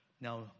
Now